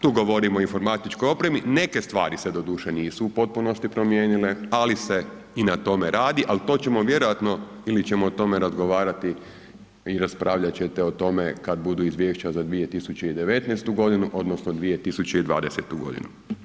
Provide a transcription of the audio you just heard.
Tu govorim o informatičkoj opremi, neke stvari se doduše nisu u potpunosti promijenile ali se i na tome radi, ali to ćemo vjerojatno ili ćemo o tome razgovarati i raspravljat ćete o tome kad budu izvješća za 2019. g. odnosno 2020. godinu.